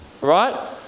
Right